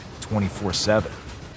24-7